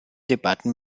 debatten